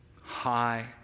high